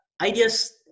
ideas